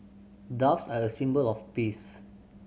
doves are a symbol of peace